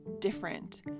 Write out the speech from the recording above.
different